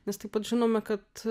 nes taip pat žinome kad